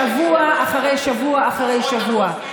שבוע אחרי שבוע אחרי שבוע.